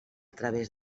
través